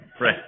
Right